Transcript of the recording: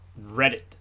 Reddit